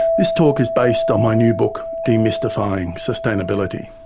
this talk is based on my new book demystifying sustainability.